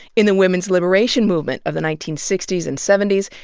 in the women's liberation movement of the nineteen sixty s and seventy s,